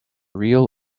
real